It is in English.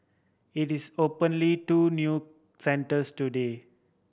it is openly two new centres today